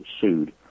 sued